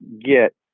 get